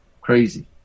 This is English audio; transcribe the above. crazy